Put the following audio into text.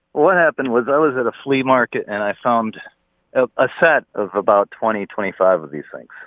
what happened was i was at a flea market and i found ah a set of about twenty, twenty five of these things.